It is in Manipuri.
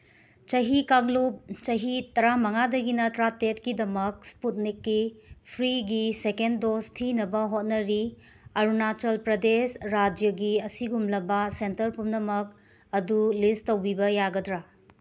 ꯆꯍꯤ ꯀꯥꯡꯂꯨꯞ ꯆꯍꯤ ꯇꯔꯥ ꯃꯉꯥꯗꯒꯤꯅ ꯇ꯭ꯔꯥ ꯇꯔꯦꯠꯀꯤꯗꯃꯛ ꯏꯁꯄꯨꯠꯅꯤꯛꯀꯤ ꯐ꯭ꯔꯤꯒꯤ ꯁꯦꯀꯦꯟ ꯗꯣꯁ ꯊꯤꯅꯕ ꯍꯣꯠꯅꯔꯤ ꯑꯔꯨꯅꯥꯆꯜ ꯄ꯭ꯔꯗꯦꯁ ꯔꯥꯖ꯭ꯌꯒꯤ ꯑꯁꯤꯒꯨꯝꯂꯕ ꯁꯦꯟꯇꯔ ꯄꯨꯝꯅꯃꯛ ꯑꯗꯨ ꯂꯤꯁ ꯇꯧꯕꯤꯕ ꯌꯥꯒꯗ꯭ꯔꯥ